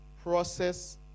process